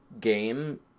game